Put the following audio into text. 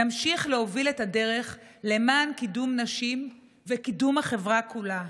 נמשיך להוביל את הדרך למען קידום נשים וקידום החברה כולה.